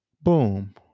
boom